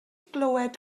glywed